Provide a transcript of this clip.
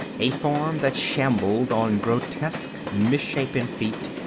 a form that shambled on grotesque, misshapen feet,